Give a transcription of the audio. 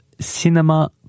Cinema